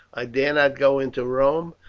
i dare not go into rome.